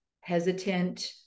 hesitant